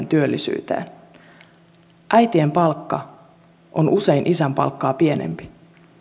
työllisyyteen äitien palkka on usein isän palkkaa pienempi